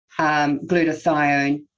glutathione